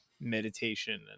meditation